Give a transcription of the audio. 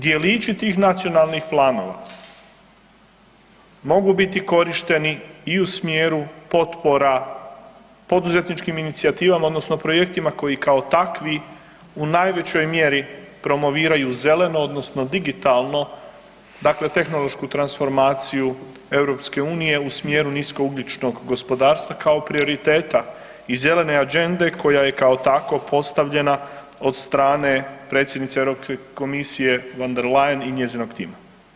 Djelići tih nacionalnih planova mogu biti korišteni i u smjeru potpora poduzetničkim inicijativama odnosno projektima koji kao takvi u najvećoj mjeri promoviraju zeleno odnosno digitalno, dakle tehnološku transformaciju EU u smjeru niskougljičnog gospodarstva kao prioriteta i zelene agende koja je kao tako postavljena od strane predsjednice Europske komisije von der Leyen i njezinog tima.